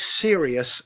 serious